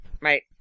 Right